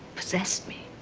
possessed me.